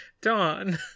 Dawn